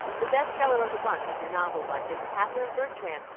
the best seller of the month is a novel by miss katherine bertram,